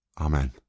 Amen